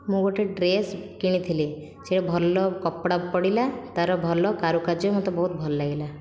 ମୁଁ ଗୋଟିଏ ଡ୍ରେସ୍ କିଣିଥିଲି ସେଇଟା ଭଲ କପଡ଼ା ପଡ଼ିଲା ତା'ର ଭଲ କାରୁକାର୍ଯ୍ୟ ମୋତେ ବହୁତ ଭଲଲାଗିଲା